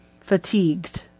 fatigued